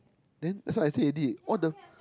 then that's why I say already all the